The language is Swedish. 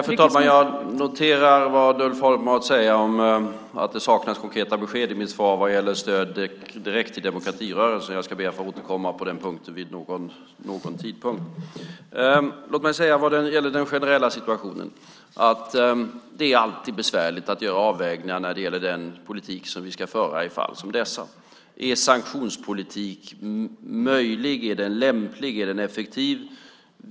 Fru talman! Jag noterar vad Ulf Holm säger om att det saknas konkreta besked i mitt svar vad gäller stöd direkt till demokratirörelsen. Jag ska be att få återkomma på den punkten vid någon tidpunkt. Vad gäller den generella situationen är det alltid besvärligt att göra avvägningar av den politik vi ska föra i fall som dessa. Är en sanktionspolitik möjlig? Är den lämplig? Är den effektiv?